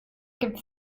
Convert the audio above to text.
gibt